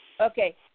Okay